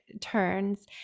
turns